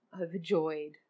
overjoyed